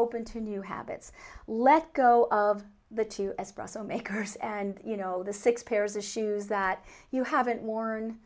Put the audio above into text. open to new habits let go of the two espresso makers and you know the six pairs of shoes that you haven't worn